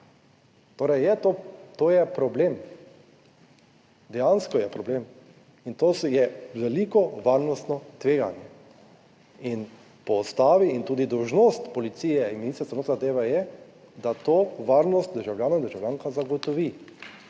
to, to je problem, dejansko je problem in to je veliko varnostno tveganje in po Ustavi in tudi dolžnost policije in Ministrstva za notranje zadeve je, da to varnost državljanom in državljankam zagotovi